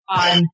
on